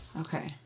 Okay